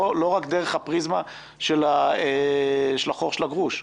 לא רק דרך הפריזמה של החור של הגרוש.